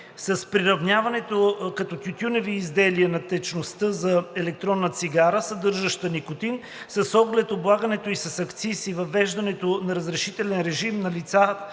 с приравняването като тютюневи изделия на течността за електронна цигара, съдържаща никотин, с оглед облагането ѝ с акциз и въвеждането на разрешителен режим на лицата,